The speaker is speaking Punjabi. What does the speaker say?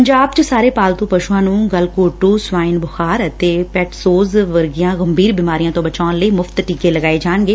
ਪੰਜਾਬ ਚ ਸਾਰੇ ਪਾਲਤੁ ਪਸ਼ੁਆਂ ਨੰ ਗਲਘੋਟੂ ਸਵਾਈਨ ਬੁਖ਼ਾਰ ਅਤੇ ਪੱਟਸੋਜ਼ ਵਰਗੀਆਂ ਗੰਭੀਰ ਬੀਮਾਰੀਆਂ ਤੋ ਬਚਾਉਣ ਲਈ ਮੁਫ਼ਤ ਟੀਕੇ ਲਾਏ ਜਾਣਗੇ